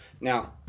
Now